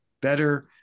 better